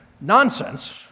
nonsense